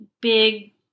big